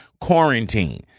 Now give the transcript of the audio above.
Quarantine